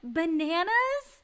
bananas